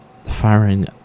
Firing